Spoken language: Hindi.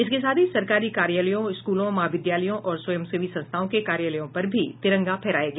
इसके साथ ही सरकारी कार्यालयों स्कूलों महाविद्यालयों और स्वयंसेवी संस्थाओं के कार्यालयों पर भी तिरंगा फहराया गया